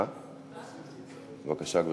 אדוני היושב-ראש,